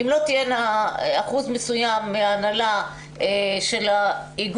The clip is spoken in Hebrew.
אם לא יהיה אחוז נשים מסוים מההנהלה של האיגוד,